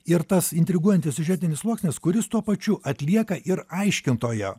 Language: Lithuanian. ir tas intriguojantis siužetinis sluoksnis kuris tuo pačiu atlieka ir aiškintojo